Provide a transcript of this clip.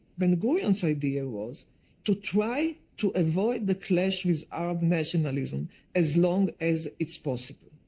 ben-gurion's idea was to try to avoid the clash with arab nationalism as long as it's possible,